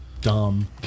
dumb